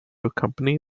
accompany